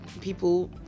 people